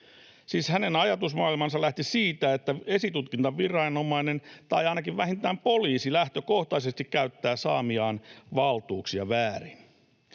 hänen ajatusmaailmansa lähti siitä, että esitutkintaviranomainen tai ainakin vähintään poliisi lähtökohtaisesti käyttää saamiaan valtuuksia väärin.